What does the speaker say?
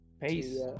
Peace